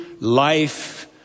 life